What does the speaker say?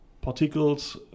particles